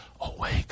awake